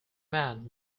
man